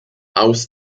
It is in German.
aus